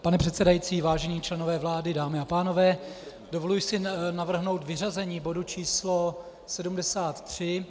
Pane předsedající, vážení členové vlády, dámy a pánové, dovoluji si navrhnout vyřazení bodu číslo 73.